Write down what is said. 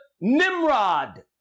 Nimrod